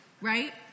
right